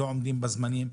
לא עומדים בזמנים,